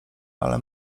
ale